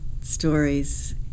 stories